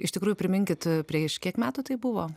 iš tikrųjų priminkit prieš kiek metų tai buvo